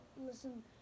listen